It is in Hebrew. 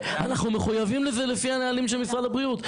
אנחנו מחויבים לזה לפי הנהלים של משרד הבריאות.